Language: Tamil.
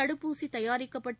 தடுப்பூசி தயாரிக்கப்பட்டு